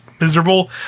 miserable